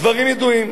דברים ידועים.